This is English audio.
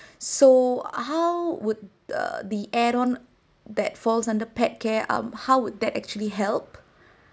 so how would uh the add on that falls under pet care um how how would that actually help